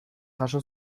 jaso